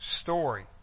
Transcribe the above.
story